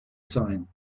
sein